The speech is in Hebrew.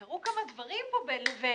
קרו כמה דברים בין לבין,